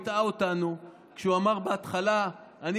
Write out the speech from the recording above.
הוא הטעה אותנו כשהוא אמר בהתחלה: אני